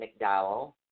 McDowell